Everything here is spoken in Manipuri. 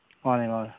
ꯃꯥꯟꯅꯤ ꯃꯥꯟꯅꯤ